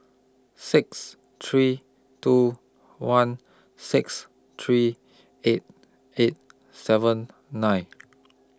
six three two one six three eight eight seven nine